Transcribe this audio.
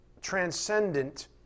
transcendent